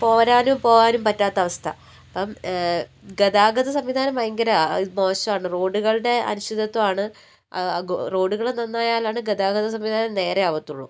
പോരാനും പോവാനും പറ്റാത്ത അവസ്ഥ അപ്പം ഗതാഗത സംവിധാനം ഭയങ്കര മോശാണ് റോഡുകളുടെ അനിശ്ചിതത്വം ആണ് റോഡുകള് നന്നായാലാണ് ഗതാഗത സംവിധാനം നേരെ ആകത്തുള്ളൂ